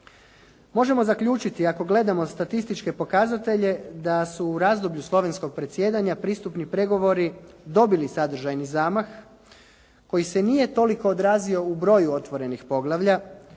Možemo zaključiti ako gledamo statističke pokazatelje da su u razdoblju slovenskog predsjedanja pristupni pregovori dobili sadržajni zamah koji se nije toliko odrazio u broju otvorenih poglavlja